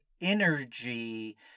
energy